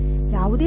ಯಾವುದೇ ಸಂಬಂಧದಲ್ಲಿ